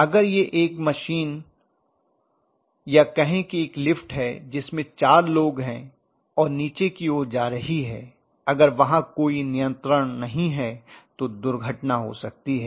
अगर यह एक मशीन या कहें कि एक लिफ्ट है जिसमे 4 लोग हैं और नीचे की ओर आ रही है अगर वहां कोई नियंत्रण नहीं है तो दुर्घटना हो जाएगी